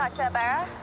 ah to abara?